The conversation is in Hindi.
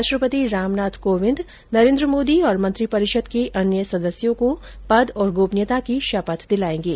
राष्ट्रपति रामनाथ कोविंद नरेन्द्र मोदी और मंत्रिपरिषद के अन्य सदस्यों को पद तथा गोपनीयता की शपथ दिलायेंगे